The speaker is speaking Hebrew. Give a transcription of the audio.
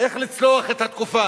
איך לצלוח את התקופה.